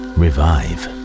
revive